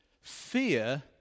Fear